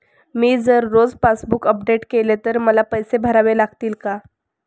मी जर रोज passbook update केले तर मला पैसे भरावे लागतील का?